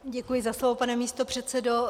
Děkuji za slovo, pane místopředsedo.